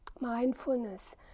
mindfulness